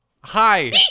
Hi